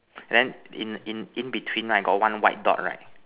then in in in between right got one white dot right